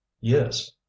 yes